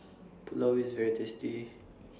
Pulao IS very tasty